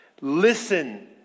Listen